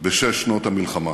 בשש שנות המלחמה.